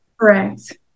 Correct